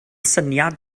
syniad